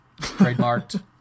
trademarked